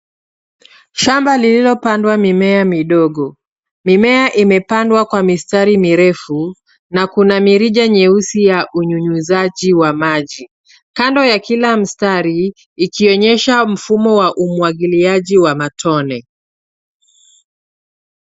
Shamba lililopandwa mimea midogo. Mimea imepandwa kwa mistari mirefu na kuna mirija nyeusi ya unyunyizaji wa maji kando ya kila mstari, ikionyesha mfumo wa umwagiliaji wa matone.